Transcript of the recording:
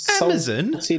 Amazon